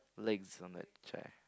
legs on that chair